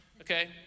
Okay